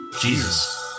Jesus